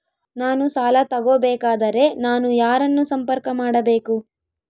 ನಾನು ಸಾಲ ತಗೋಬೇಕಾದರೆ ನಾನು ಯಾರನ್ನು ಸಂಪರ್ಕ ಮಾಡಬೇಕು?